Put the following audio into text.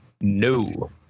No